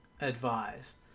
advise